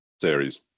series